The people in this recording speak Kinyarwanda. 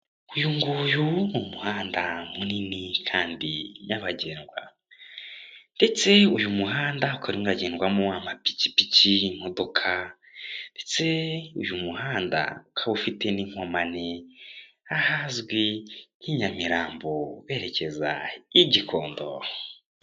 Uyu nguyu ni umuhanda munini kandi nyabagendwa ndetse uyu muhanda ukaba urimo uregendwamo amapikipiki, imodoka ndetse uyu muhanda ukaba ufite n'inkomane ahazwi nk'i Nyamirambo werekeza i Gikondo.